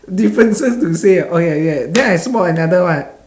differences to say okay okay then I spot another one